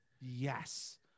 Yes